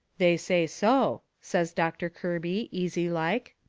they say so, says doctor kirby, easy-like.